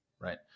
Right